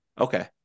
Okay